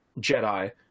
jedi